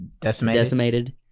Decimated